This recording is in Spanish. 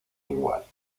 igual